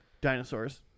dinosaurs